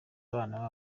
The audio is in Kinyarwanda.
abana